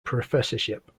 professorship